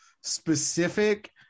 specific